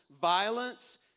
violence